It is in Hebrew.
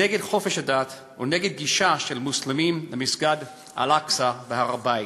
נגד חופש הדת או נגד גישה של מוסלמים למסגד אל-אקצא בהר-הבית.